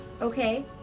okay